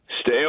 stay